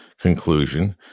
conclusion